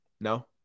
No